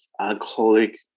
alcoholic